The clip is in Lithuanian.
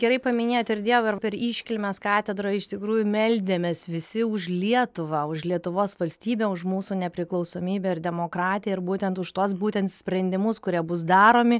gerai paminėti ir dievą per iškilmes katedroj iš tikrųjų meldėmės visi už lietuvą už lietuvos valstybę už mūsų nepriklausomybę ir demokratiją ir būtent už tuos būtent sprendimus kurie bus daromi